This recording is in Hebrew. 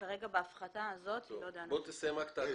בהפחתה הזאת לא דנו בזה.